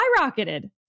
skyrocketed